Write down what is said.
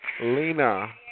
Lena